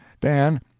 dan